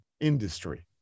industry